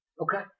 Okay